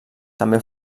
també